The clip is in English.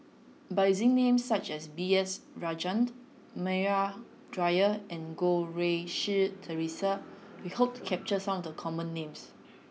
by using names such as B S Rajhans Maria Dyer and Goh Rui Si Theresa we hope to capture some of the common names